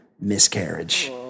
miscarriage